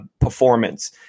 performance